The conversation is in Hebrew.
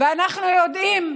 ואנחנו יודעים,